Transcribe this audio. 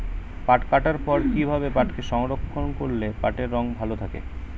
পাট কাটার পর কি ভাবে পাটকে সংরক্ষন করলে পাটের রং ভালো থাকে?